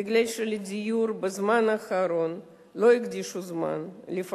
מפני שבשנים האחרונות לא הקדישו זמן לדיור,